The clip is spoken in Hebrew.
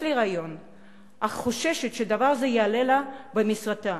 להיריון אך חוששת שזה יעלה לה במשרתה.